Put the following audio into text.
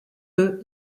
eux